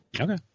Okay